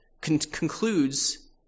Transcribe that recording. concludes